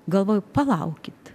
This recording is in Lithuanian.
galvoju palaukit